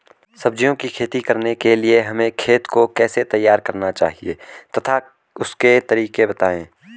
सब्जियों की खेती करने के लिए हमें खेत को कैसे तैयार करना चाहिए तथा उसके तरीके बताएं?